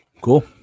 Cool